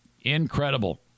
Incredible